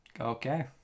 Okay